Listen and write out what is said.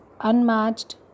unmatched